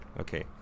Okay